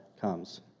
comes